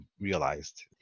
realized